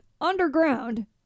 underground